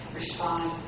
respond